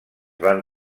van